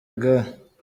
igare